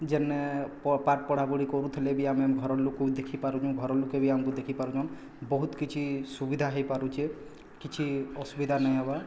ଯେନେ ପାଠ ପଢ଼ାପଢ଼ି କରୁଥିଲେ ବି ଆମେ ଘରଲୋକକୁ ଦେଖିପାରୁନୁ ଘରଲୋକେ ବି ଆମକୁ ଦେଖି ପାରୁନୁ ବହୁତ କିଛି ସୁବିଧା ହେଇପାରୁଛେ କିଛି ଅସୁବିଧା ନାଇଁ ହବାର୍